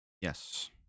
Yes